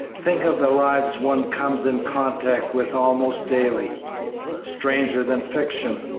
think of the lives one comes in contact with almost daily stranger than fiction,